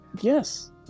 yes